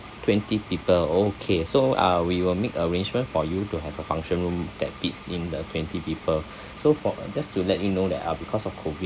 twenty people okay so uh we will make arrangement for you to have a function room that fits in the twenty people so for uh just to let you know that uh because of COVID